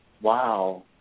wow